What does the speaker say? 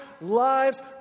lives